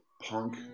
punk